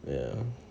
ya